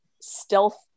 stealth